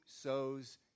sows